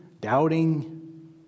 Doubting